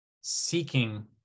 seeking